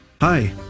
Hi